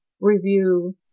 review